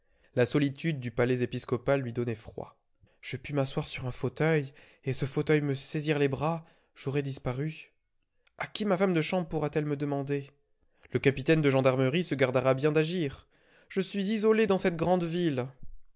la solitude du palais épiscopal lui donnait froid je puis m'asseoir sur un fauteuil et ce fauteuil me saisir les bras j'aurai disparu a qui ma femme de chambre pourra-t-elle me demander le capitaine de gendarmerie se gardera bien d'agir je suis isolée dans cette grande ville